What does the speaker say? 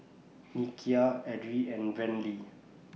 Nikia Edrie and Brantley